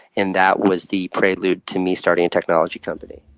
and that was the prelude to me starting a technology company.